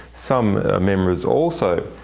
some members, also,